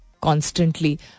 constantly